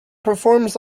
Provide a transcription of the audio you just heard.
performs